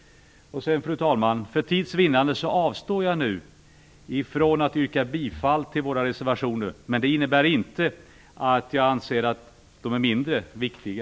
Fru talman! För tids vinnande avstår jag nu ifrån att yrka bifall till våra reservationer, men det innebär inte att jag anser att de är mindre viktiga.